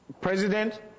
president